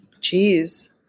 Jeez